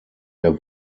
der